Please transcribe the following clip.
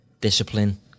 Discipline